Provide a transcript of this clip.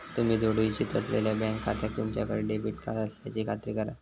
तुम्ही जोडू इच्छित असलेल्यो बँक खात्याक तुमच्याकडे डेबिट कार्ड असल्याची खात्री करा